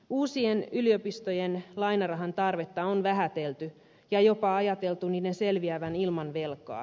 uusien yliopistojen lainarahan tarvetta on vähätelty ja jopa ajateltu niiden selviävän ilman velkaa